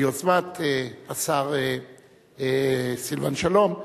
ביוזמת השר סילבן שלום,